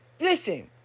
Listen